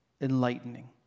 enlightening